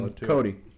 Cody